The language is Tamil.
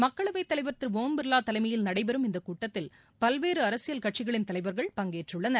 மக்களவை தலைவர் திரு ஒம் பிர்லா தலைமையில் நடைபெறும் இந்த கூட்டத்தில் பல்வேறு அரசியல் கட்சிகளின் தலைவர்கள் பங்கேற்றுள்ளனர்